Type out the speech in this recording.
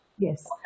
Yes